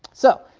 so,